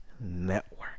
network